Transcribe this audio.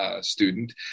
student